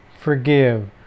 Forgive